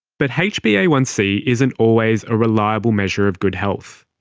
but h b a one c isn't always a reliable measure of good health.